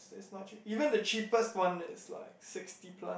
that's not cheap even the cheapest one that is like sixty plus